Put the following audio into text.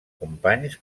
companys